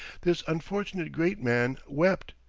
this unfortunate great man wept,